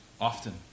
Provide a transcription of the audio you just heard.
often